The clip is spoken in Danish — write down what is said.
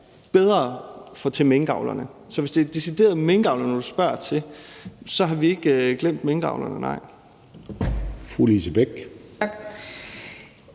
bedre måde til minkavlerne, så hvis det decideret er minkavlerne, du spørger til, er svaret, at vi ikke har glemt minkavlerne. Kl.